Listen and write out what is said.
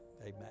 Amen